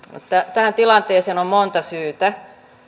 tähän tilanteeseen on monta syytä